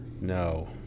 No